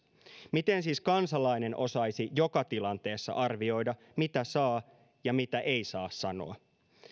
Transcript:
miten siis kansalainen osaisi joka tilanteessa arvioida mitä saa ja mitä ei saa sanoa